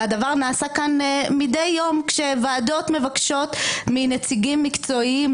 והדבר נעשה כאן מדי יום כשוועדות מבקשות מנציגים מקצועיים,